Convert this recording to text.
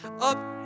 up